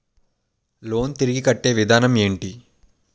Loan తిరిగి కట్టే విధానం ఎంటి?